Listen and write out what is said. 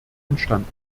entstanden